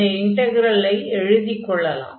இந்த இன்டக்ரலை எழுதிக் கொள்ளலாம்